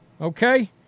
okay